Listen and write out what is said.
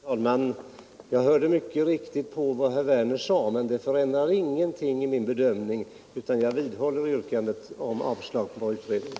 Fru talman! Jag lyssnade mycket noga på vad herr Werner sade, men det förändrar ingenting i min bedömning, utan jag vidhåller yrkandet om avslag på kravet om en utredning.